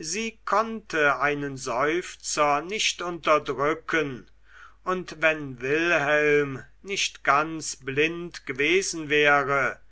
sie konnte einen seufzer nicht unterdrücken und wenn wilhelm nicht ganz blind gewesen wäre